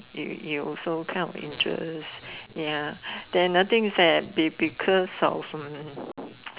you you also kind of interest ya then the thing is that be~ because of um